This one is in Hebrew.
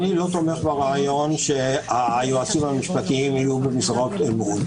אני לא תומך ברעיון שהיועצים המשפטיים יהיו במשרת אמון.